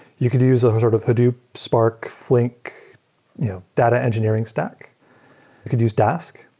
you could use a sort of hadoop, spark, flink you know data engineering stack you could use dask.